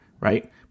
right